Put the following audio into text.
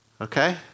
Okay